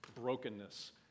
brokenness